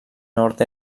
nord